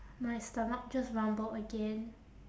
my stomach just rumbled again